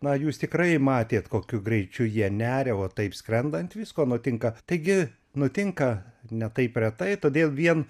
na jūs tikrai matėt kokiu greičiu jie neria o taip skrendant visko nutinka taigi nutinka ne taip retai todėl vien